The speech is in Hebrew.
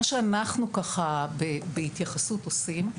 מה שאנחנו בהתייחסות עושים,